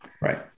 Right